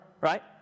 right